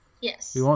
Yes